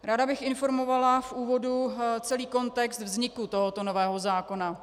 Ráda bych informovala v úvodu celý kontext vzniku tohoto nového zákona.